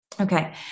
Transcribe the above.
Okay